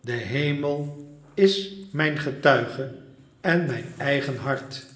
de hemel is mijn getuige en mijn eigen hart